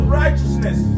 righteousness